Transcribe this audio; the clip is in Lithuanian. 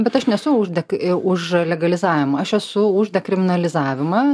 bet aš nesu už dek u už legalizavimą aš esu už dekriminalizavimą